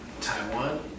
Taiwan